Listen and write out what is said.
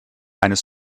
eines